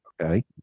okay